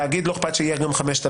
לתאגיד לא אכפת לי שיהיה גם 5,000,